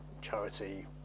charity